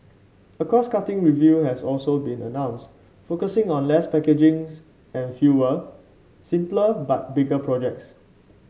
a cost cutting review has also been announced focusing on less packaging and fewer simpler but bigger projects